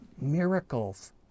miracles